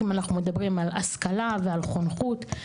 אם אנחנו מדברים על השכלה ועל חונכות,